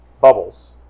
bubbles